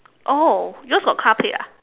oh yours got car plate ah